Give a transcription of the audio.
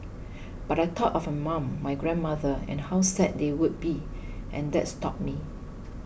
but I thought of my mum my grandmother and how sad they would be and that stopped me